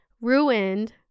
ruined